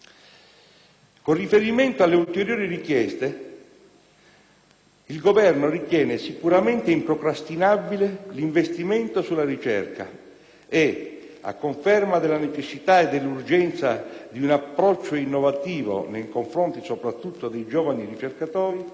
Con riferimento alle ulteriori richieste, il Governo ritiene sicuramente improcrastinabile l'investimento sulla ricerca e, a conferma della necessità e dell'urgenza di un approccio innovativo nei confronti soprattutto dei giovani ricercatori,